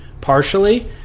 partially